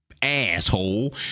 Asshole